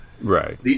Right